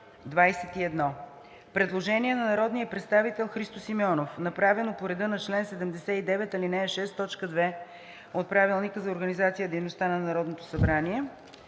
Предложение на народния представител Христо Симеонов, направено по реда на чл. 79, ал. 6, т. 2 от Правилника за организацията и дейността на Народното събрание.